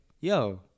Yo